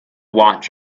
watch